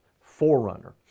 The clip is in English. forerunner